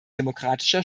demokratischer